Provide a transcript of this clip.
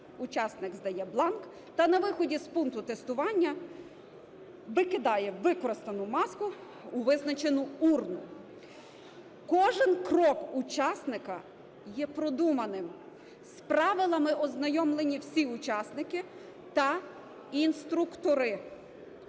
учасник здає бланк та на виході з пункту тестування викидає використану маску у визначену урну. Кожен крок учасника є продуманим. З правилами ознайомлені всі учасники та інструктори.